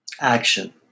action